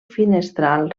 finestral